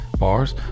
bars